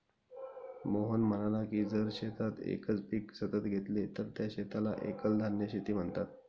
मोहन म्हणाला की जर शेतात एकच पीक सतत घेतले तर त्या शेताला एकल धान्य शेती म्हणतात